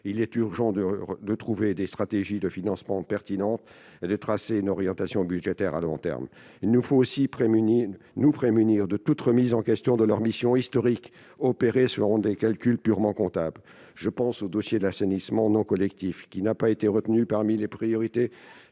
il est urgent de trouver des stratégies de financement pertinentes et de tracer une orientation budgétaire à long terme. Nous devons aussi nous prémunir contre toute remise en question de leurs missions historiques qui serait opérée selon des calculs purement comptables. Je pense au dossier de l'assainissement non collectif, qui n'a pas été retenu parmi les priorités